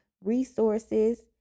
resources